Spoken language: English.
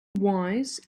wise